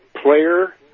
player